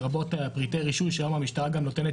לרבות פריטי רישוי שהיום המשטרה גם נותנת